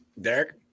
Derek